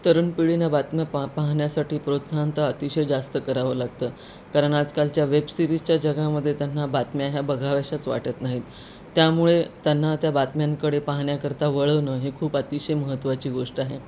तरुण पिढीनं बातम्या पा पाहण्यासाठी प्रोत्साहन तर अतिशय जास्त करावं लागतं कारण आजकालच्या वेबसिरीजच्या जगामध्ये त्यांना बातम्या ह्या बघाव्याशाच वाटत नाहीत त्यामुळे त्यांना त्या बातम्यांकडे पाहण्याकरता वळवणं हे खूप अतिशय महत्त्वाची गोष्ट आहे